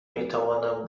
میتوانم